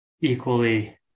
equally